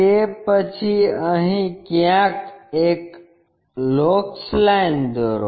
તે પછી અહીં ક્યાંક એક લોકસ લાઇન દોરો